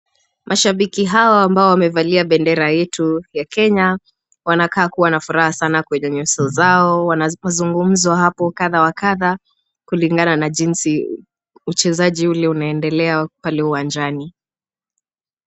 Mashabiki hawa ambao wamevalia bendera yetu ya Kenya wanakaa kuwa na furaha sana kwenye nyuso zao. Wanazungumza hapo kadhaa wa kadhaa kulingana na jinsi uchezaji ule unaendelea pale uwanjani.